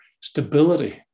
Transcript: stability